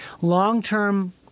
long-term